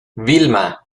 vilma